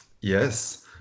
Yes